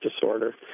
disorder